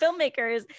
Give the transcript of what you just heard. filmmakers